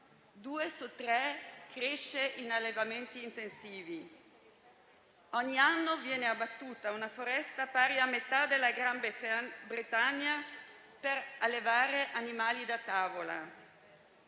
due su tre crescono in allevamenti intensivi. Ogni anno viene abbattuta una foresta pari a metà della Gran Bretagna per allevare animali da tavola.